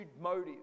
motive